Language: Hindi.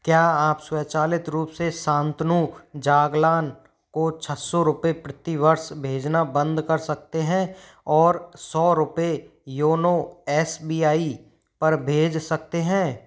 क्या आप स्वचालित रूप से शांतनु जागलान को छः सौ रुपये प्रतिवर्ष भेजना बंद कर सकते हैं और सौ रुपये योनो एस बी आई पर भेज सकते हैं